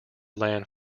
land